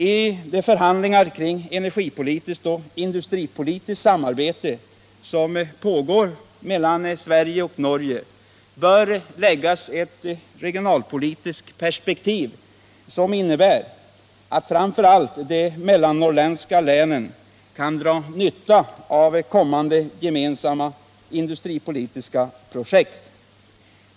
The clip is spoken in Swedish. I de förhandlingar kring energipolitiskt och industripolitiskt samarbete som pågår mellan Sverige och Norge bör anläggas ett regionalpolitiskt perspektiv som innebär, att framför allt de mellannorrländska länen kan dra nytta av kommande gemensamma industripolitiska projekt.